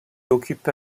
occupe